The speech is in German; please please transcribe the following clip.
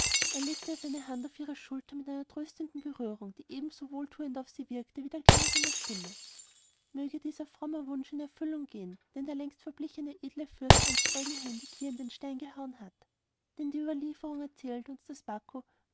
er legte seine hand auf ihre schulter mit einer tröstenden berührung die ebenso wohltuend auf sie wirkte wie der klang seiner stimme möge dieser fromme wunsch in erfüllung gehen den der längst verblichene edle fürst einst eigenhändig hier in den stein gehauen hat denn die überlieferung erzählt uns daß baku